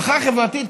המחאה החברתית,